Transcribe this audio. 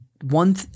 one